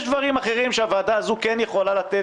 יש דברים אחרים שהוועדה הזו כן יכולה לתת,